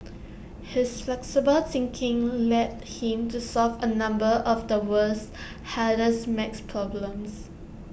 his flexible thinking led him to solve A number of the world's hardest math problems